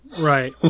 Right